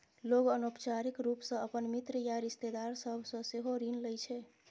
लोग अनौपचारिक रूप सं अपन मित्र या रिश्तेदार सभ सं सेहो ऋण लै छै